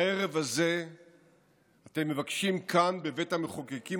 הערב הזה אתם מבקשים כאן בבית המחוקקים